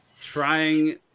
Trying